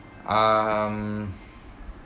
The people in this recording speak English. um